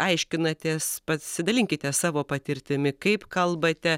aiškinatės pasidalinkite savo patirtimi kaip kalbate